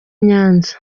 nyanza